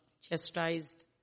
chastised